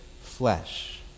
flesh